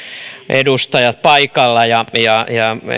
edustajat paikalla ja ja